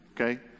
okay